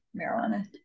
marijuana